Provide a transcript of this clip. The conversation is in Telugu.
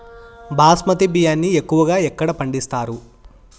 బాస్మతి బియ్యాన్ని ఎక్కువగా ఎక్కడ పండిస్తారు?